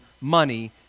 money